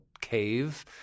cave